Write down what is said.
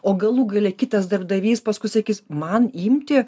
o galų gale kitas darbdavys paskui sakys man imti